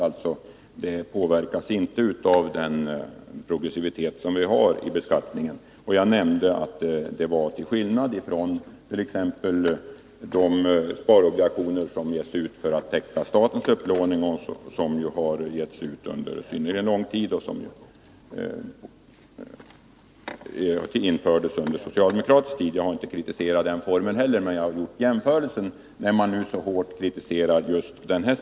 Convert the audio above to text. Sparandet påverkas alltså inte av progressiviteten i beskattningen, till skillnad från, som jag nämnde, vad fallet är vid de sparobligationer som ges ut för att täcka statens upplåning. Dessa sparobligationer har getts ut synnerligen länge — de infördes ju under den socialdemokratiska tiden. Jag har inte kritiserat denna form av sparande men har gjort jämförelser, eftersom den nu aktuella sparformen kritiserats så hårt.